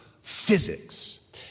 physics